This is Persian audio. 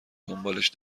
دنبالش